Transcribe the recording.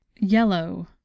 yellow